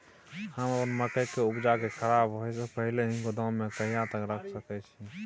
हम अपन मकई के उपजा के खराब होय से पहिले ही गोदाम में कहिया तक रख सके छी?